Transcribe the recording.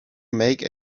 make